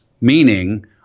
meaning